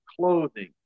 clothing